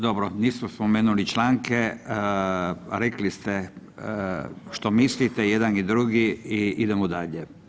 Dobro, nismo spomenuli članke, rekli ste što mislite jedan i drugi i idemo dalje.